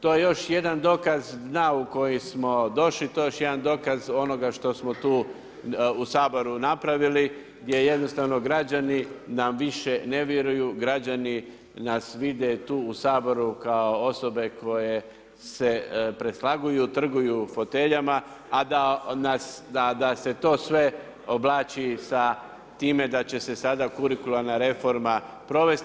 To je još jedan dokaz dan u koji smo došli, to je još jedan dokaz onoga što smo tu u Saboru napravili, gdje jednostavno građani nam više ne vjeruju, građani nas vide tu u Saboru kao osobe koje se preslaguju, trguju foteljama a da nas, da se to sve oblači sa time da će se sada kurikularna reforma provesti.